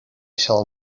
shall